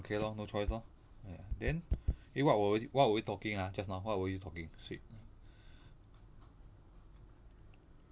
okay lor no choice lor then eh what were we what were we talking ah just now what were you talking